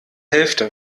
hälfte